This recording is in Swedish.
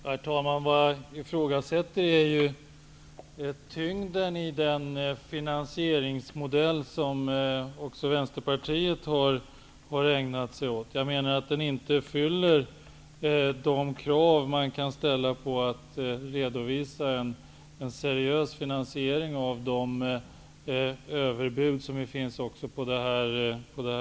Herr talman! Jag ifrågasätter tyngden i den finansieringsmodell som också Vänsterpartiet har fört fram. Jag menar att modellen inte uppfyller de krav som man kan ställa vid en redovisning av en seriös finansiering av de överbud som finns på området.